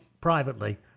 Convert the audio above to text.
privately